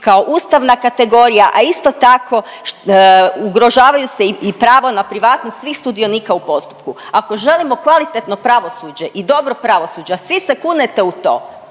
kao ustavna kategorija, a isto tako, ugrožavaju se i pravo na privatnost svih sudionika u postupku. Ako želimo kvalitetno pravosuđe i dobro pravosuđe, a svi se kunete u to,